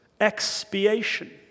expiation